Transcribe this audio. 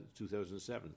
2007